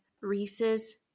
Reese's